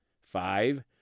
Five